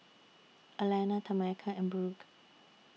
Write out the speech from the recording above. Alanna Tameka and Brooke